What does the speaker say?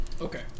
okay